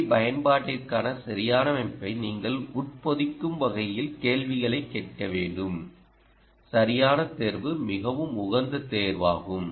D பயன்பாட்டிற்கான சரியான அமைப்பை நீங்கள் உட்பொதிக்கும் வகையில் கேள்விகளைக் கேட்க வேண்டும் சரியான தேர்வு மிகவும் உகந்த தேர்வாகும்